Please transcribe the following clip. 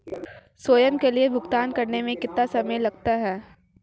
स्वयं के लिए भुगतान करने में कितना समय लगता है?